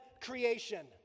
creation